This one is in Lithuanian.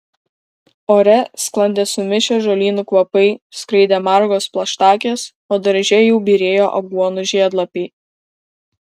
ore sklandė sumišę žolynų kvapai skraidė margos plaštakės o darže jau byrėjo aguonų žiedlapiai